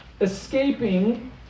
escaping